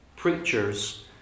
Preachers